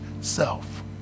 self